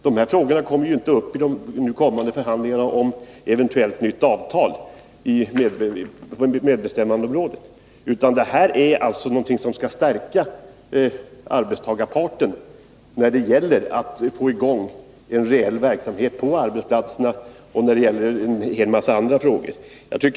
Dessa frågor kommer inte upp i de kommande förhandlingarna om ett eventuellt nytt avtal på medbestämmandeområdet, utan det här är någonting som skall stärka arbetstagarparten när det gäller att få i gången reell verksamhet på arbetsplatserna och när det gäller en hel massa andra frågor.